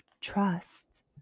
trust